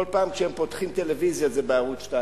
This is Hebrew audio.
כל פעם שהם פותחים טלוויזיה, זה ערוץ-2.